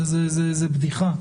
זו בדיחה,